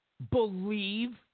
Believe